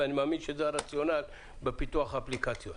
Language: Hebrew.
ואני מאמין שזה הרציונל בפיתוח האפליקציות.